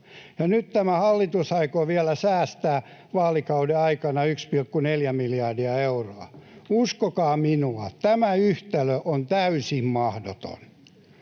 nyt tämä hallitus aikoo vielä säästää vaalikauden aikana 1,4 miljardia euroa. Uskokaa minua, tämä yhtälö on täysin mahdoton.